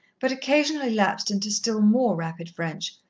but occasionally lapsed into still more rapid french,